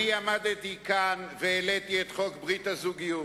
אני עמדתי כאן והעליתי את חוק ברית הזוגיות.